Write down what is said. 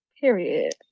period